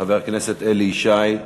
חבר הכנסת אלי ישי,